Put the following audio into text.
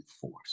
force